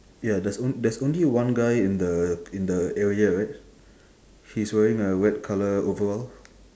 ya there's on~ there's only one guy in the in the area right he's wearing a red colour overall